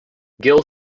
gill